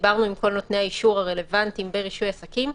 דיברנו עם כל נותני האישור הרלוונטיים ברישוי עסקים,